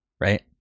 right